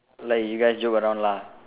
like you guys joke around lah